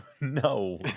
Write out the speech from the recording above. no